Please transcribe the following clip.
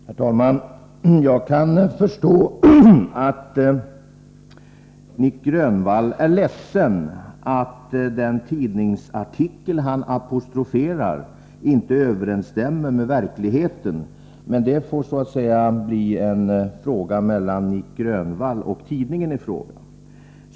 Herr talman! Jag kan förstå att Nic Grönvall är ledsen för att den tidningsartikel som han apostroferar inte överensstämmer med verkligheten, men det får bli en fråga mellan Nic Grönvall och den aktuella tidningen.